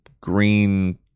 green